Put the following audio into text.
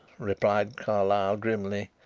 replied carlyle grimly.